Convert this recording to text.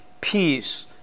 peace